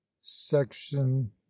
section